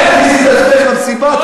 אל תכניסי את עצמך למסיבה,